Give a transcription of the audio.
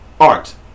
art